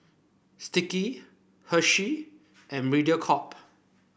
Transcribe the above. Sticky Hershey and Mediacorp